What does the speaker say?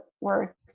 work